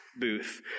booth